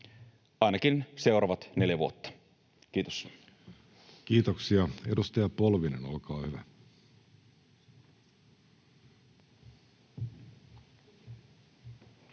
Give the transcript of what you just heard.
ainakin seuraavat neljä vuotta. — Kiitos. Kiitoksia. — Edustaja Polvinen, olkaa hyvä.